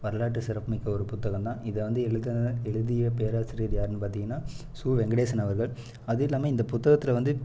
வரலாற்று சிறப்பு மிக்க ஒரு புத்தகம் தான் இதை வந்து எழுதின எழுதிய பேராசிரியர் யார்னு பார்த்திங்கன்னா சு வெங்கடேசன் அவர்கள் அதுவும் இல்லாமல் இந்த புத்தகத்தில் வந்து